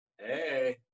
Hey